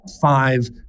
five